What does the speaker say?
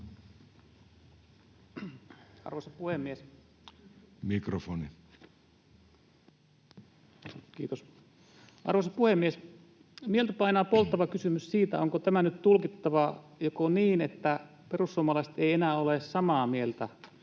Time: 15:01 Content: Arvoisa puhemies! Mieltä painaa polttava kysymys siitä, onko tämä nyt tulkittava joko niin, että perussuomalaiset eivät enää ole samaa mieltä